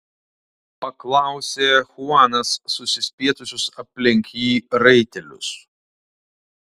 paklausė chuanas susispietusius aplink jį raitelius